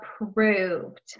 approved